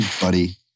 buddy